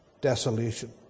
desolation